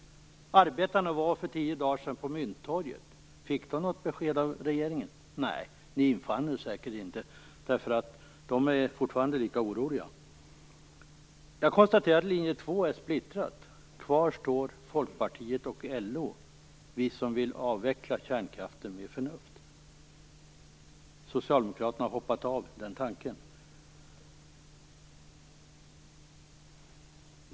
Arbetarna var för tio dagar sedan på Mynttorget. Fick de något besked av regeringen? Nej, regeringen infann sig säkert inte, eftersom arbetarna fortfarande är lika oroliga. Jag konstaterar att Linje 2 är splittrad. Kvar står Folkpartiet och LO, de som vill avveckla kärnkraften med förnuft. Socialdemokraterna har hoppat av den tanken.